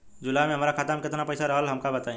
जुलाई में हमरा खाता में केतना पईसा रहल हमका बताई?